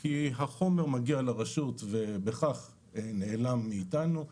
כי החומר מגיע לרשות ובכך נעלם מאתנו.